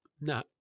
No